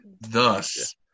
thus